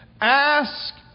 Ask